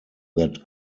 that